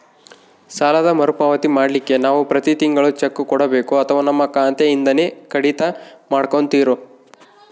ಸಾಲದ ಮರುಪಾವತಿ ಮಾಡ್ಲಿಕ್ಕೆ ನಾವು ಪ್ರತಿ ತಿಂಗಳು ಚೆಕ್ಕು ಕೊಡಬೇಕೋ ಅಥವಾ ನಮ್ಮ ಖಾತೆಯಿಂದನೆ ಕಡಿತ ಮಾಡ್ಕೊತಿರೋ?